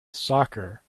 soccer